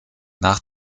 nach